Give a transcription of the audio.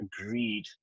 agreed